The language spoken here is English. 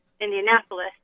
Indianapolis